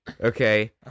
Okay